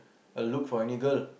a look for any girl